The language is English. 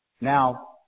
Now